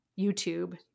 YouTube